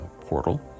portal